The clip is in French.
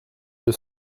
deux